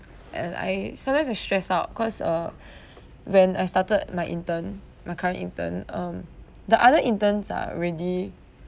and I sometimes I stressed out cause uh when I started my intern my current intern um the other interns are already